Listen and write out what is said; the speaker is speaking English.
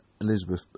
Elizabeth